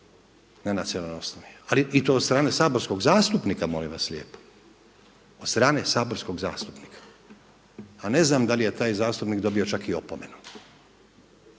na nacionalnoj osnovi ali i to od strane saborskog zastupnika molim vas lijepo, od strane saborskog zastupnika a ne znam da li je taj zastupnik dobio čak i opomenu.